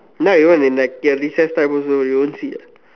like you all like recess time also you won't see ah